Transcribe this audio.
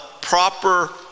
proper